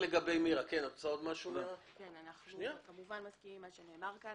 אנחנו כמובן מסכימים עם מה שנאמר כאן